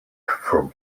from